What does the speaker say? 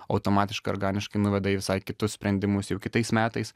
automatiškai organiškai nuveda į visai kitus sprendimus jau kitais metais